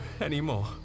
anymore